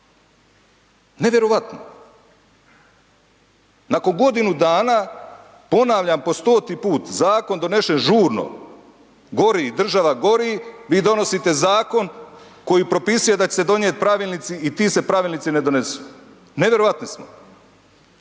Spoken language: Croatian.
nevjerojatno. Nakon godinu dana, ponavljam po stoti put, zakon donešen žurno, gori, država gori, vi donosite zakon koji propisuje da će se donijeti pravilnici i ti se pravilnici ne donesu, nevjerojatni smo.